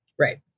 right